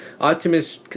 Optimus